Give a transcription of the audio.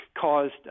caused